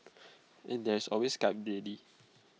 and there is always Skype daily